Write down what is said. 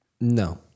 No